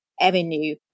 avenue